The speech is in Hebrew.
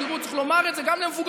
תראו, צריך לומר את זה גם למבוגרים.